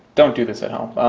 don't do this at home,